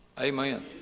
Amen